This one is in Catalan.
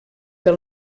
del